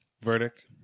Verdict